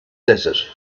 desert